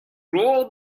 rule